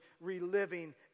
reliving